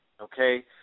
okay